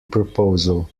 proposal